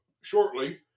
shortly